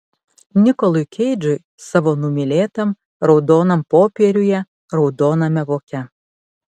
nikolui keidžui savo numylėtam raudonam popieriuje raudoname voke